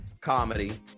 comedy